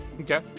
Okay